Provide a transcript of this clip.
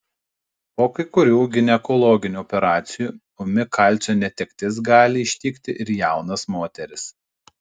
po kai kurių ginekologinių operacijų ūmi kalcio netektis gali ištikti ir jaunas moteris